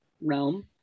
realm